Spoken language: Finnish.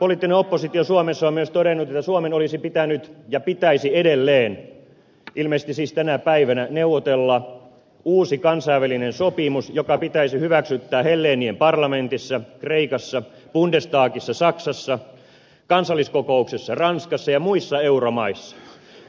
poliittinen oppositio suomessa on myös todennut että suomen olisi pitänyt ja pitäisi edelleen ilmeisesti siis tänä päivänä neuvotella uusi kansainvälinen sopimus joka pitäisi hyväksyttää helleenien parlamentissa kreikassa bundestagissa saksassa kansalliskokouksessa ranskassa ja muissa euromaissa